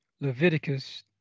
Leviticus